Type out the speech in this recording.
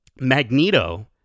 Magneto